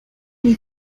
进去